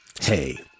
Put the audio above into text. Hey